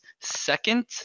second